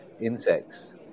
insects